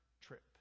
trip